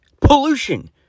pollution